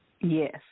Yes